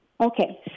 Okay